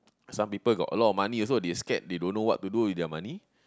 some people got a lot of money also they scared they don't know what to do with their money